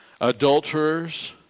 adulterers